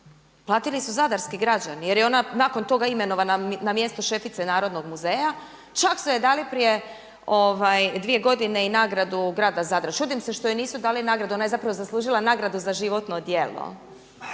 platili su zadarski građani jer je nakon toga imenova na mjesto šefice Narodnog muzeja, čak su joj dali prije dvije godine i nagradu grada Zadra. Čudim se što joj nisu dali nagradu ona je zapravo zaslužila nagradu za životno djelo